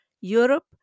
Europe